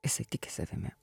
jisai tiki savimi